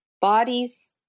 bodies